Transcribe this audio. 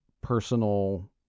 personal